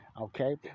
Okay